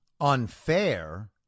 unfair